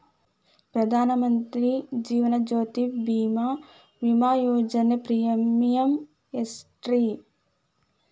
ಪ್ರಧಾನ ಮಂತ್ರಿ ಜೇವನ ಜ್ಯೋತಿ ಭೇಮಾ, ವಿಮಾ ಯೋಜನೆ ಪ್ರೇಮಿಯಂ ಎಷ್ಟ್ರಿ?